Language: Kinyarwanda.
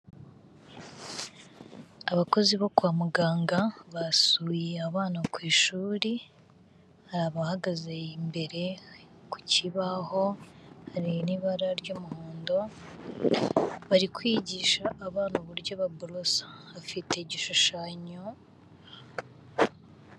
Abakozi bo kwa muganga basuye abana ku ishuri, hari abahagaze imbere ku kibaho, hari n'ibara ry'umuhondo, bari kwigisha abana uburyo baborosa bafite igishushanyo.